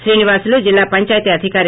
శ్రీనివాసులు జిల్లా పంచాయతీ అధికారి వి